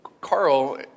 Carl